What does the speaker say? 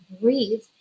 breathe